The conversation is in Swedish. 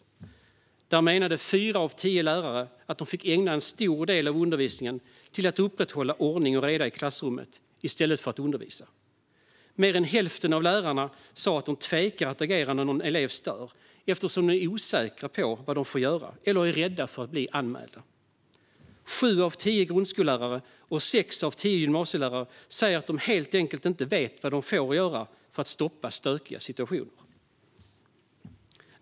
Där menade fyra av tio lärare att de fick ägna en stor del av undervisningen till att upprätthålla ordning och reda i klassrummet i stället för att undervisa. Mer än hälften av lärarna sa att de tvekar att agera när någon elev stör, eftersom de är osäkra på vad de får göra eller är rädda för att bli anmälda. Sju av tio grundskollärare och sex av tio gymnasielärare säger att de helt enkelt inte vet vad de får göra för att stoppa stökiga situationer.